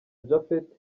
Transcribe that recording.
japhet